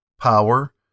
Power